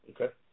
Okay